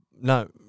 No